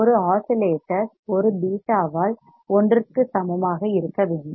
ஒரு ஆஸிலேட்டர்ஸ் ஒரு பீட்டாவால் 1 ற்கு சமமாக இருக்க வேண்டும்